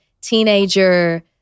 teenager